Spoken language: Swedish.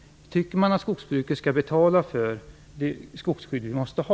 Tycker regeringen att skogsbruket skall betala för det skogsskydd vi måste ha?